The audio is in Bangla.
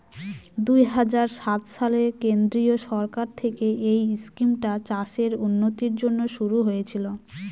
দুই হাজার সাত সালে কেন্দ্রীয় সরকার থেকে এই স্কিমটা চাষের উন্নতির জন্যে শুরু হয়েছিল